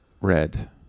red